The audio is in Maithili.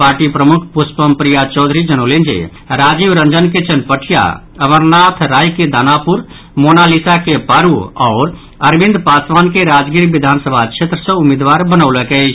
पार्टी प्रमुख पुष्पम प्रिया चौधरी जनौलनि जे राजीव रंजन के चनपटिया अमरनाथ राय के दानापुर मोनालिसा के पारू आओर अरविंद पासवान के राजगीर विधानसभा क्षेत्र सँ उम्मीदवार बनौलक अछि